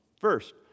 First